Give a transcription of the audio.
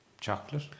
Chocolate